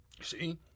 See